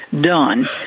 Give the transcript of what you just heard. done